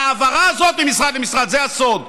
ההעברה הזאת ממשרד למשרד, זה הסוד.